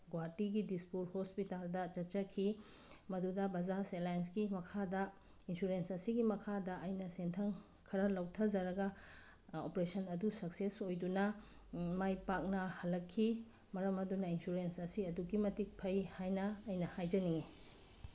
ꯒꯨꯍꯥꯇꯤꯒꯤ ꯗꯤꯁꯄꯨꯔ ꯍꯣꯁꯄꯤꯇꯥꯜꯗ ꯆꯠꯆꯈꯤ ꯃꯗꯨꯗ ꯕꯖꯥꯖ ꯑꯦꯂꯥꯌꯦꯟꯁꯀꯤ ꯃꯈꯥꯗ ꯏꯟꯁꯨꯔꯦꯟꯁ ꯑꯁꯤꯒꯤ ꯃꯈꯥꯗ ꯑꯩꯅ ꯁꯦꯟꯊꯪ ꯈꯔ ꯂꯧꯊꯖꯔꯒ ꯑꯣꯄꯔꯦꯁꯟ ꯑꯗꯨ ꯁꯛꯁꯦꯟ ꯑꯣꯏꯗꯨꯅ ꯃꯥꯏ ꯄꯥꯛꯅ ꯍꯜꯂꯛꯈꯤ ꯃꯔꯝ ꯑꯗꯨꯅ ꯏꯟꯁꯨꯔꯦꯟꯁ ꯑꯁꯤ ꯑꯗꯨꯛꯀꯤ ꯃꯇꯤꯛ ꯐꯩ ꯍꯥꯏꯅ ꯑꯩꯅ ꯍꯥꯏꯖꯅꯤꯡꯉꯤ